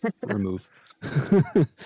Remove